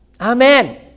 Amen